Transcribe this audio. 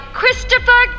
Christopher